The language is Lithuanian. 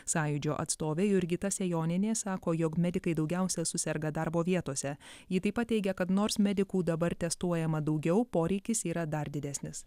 sąjūdžio atstovė jurgita sejonienė sako jog medikai daugiausia suserga darbo vietose ji taip pat teigia kad nors medikų dabar testuojama daugiau poreikis yra dar didesnis